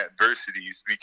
adversities